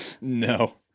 No